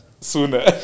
sooner